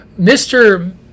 Mr